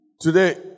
Today